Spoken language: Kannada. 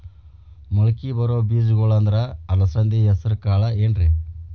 ಮಳಕಿ ಬರೋ ಬೇಜಗೊಳ್ ಅಂದ್ರ ಅಲಸಂಧಿ, ಹೆಸರ್ ಕಾಳ್ ಏನ್ರಿ?